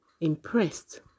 impressed